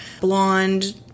blonde